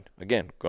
Again